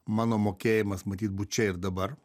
mano mokėjimas matyt būt čia ir dabar